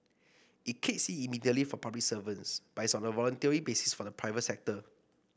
it kicks in immediately for public servants but is on a voluntary basis for the private sector